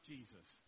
Jesus